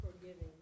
forgiving